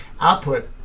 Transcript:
output